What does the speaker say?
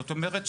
זאת אומרת,